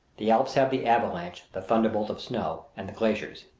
the alps have the avalanche, the thunderbolt of snow, and the glaciers,